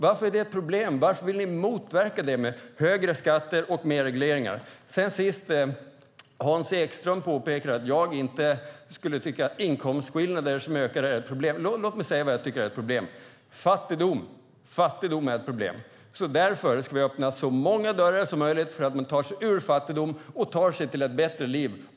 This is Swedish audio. Varför är det ett problem? Varför vill ni motverka det med högre skatter och mer regleringar? Hans Ekström påpekar att jag inte skulle tycka att inkomstskillnader som ökar är ett problem. Låt mig säga vad som är ett problem: Fattigdom är ett problem. Vi ska öppna så många dörrar som möjligt så att människor tar sig ur fattigdom och tar sig till ett bättre liv.